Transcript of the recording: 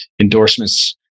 endorsements